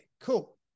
cool